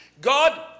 God